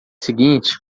seguinte